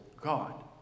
God